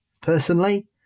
personally